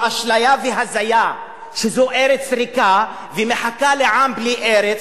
באשליה והזיה שזו ארץ ריקה ומחכה לעם בלי ארץ,